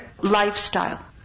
lifestyle